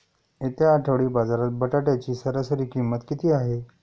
येत्या आठवडी बाजारात बटाट्याची सरासरी किंमत किती आहे?